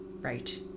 right